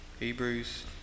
Hebrews